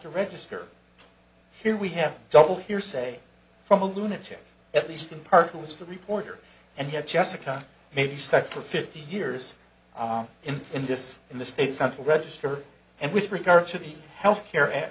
to register here we have double hearsay from a lunatic at least in part was the reporter and he had jessica maybe sector fifty years in in this in the state central register and with regard to the health care a